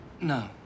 No